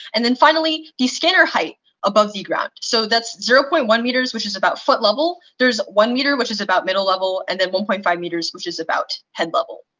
and then finally, the scanner height above the ground so that's zero point one meters, which is about foot level. there's one meter, which is about middle level, and then one point five meters, which is about head level.